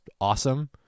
awesome